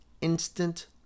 Instant